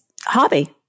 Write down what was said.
hobby